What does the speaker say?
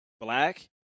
black